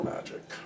Magic